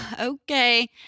okay